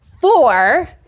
four